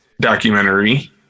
documentary